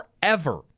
forever